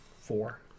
four